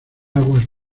aguas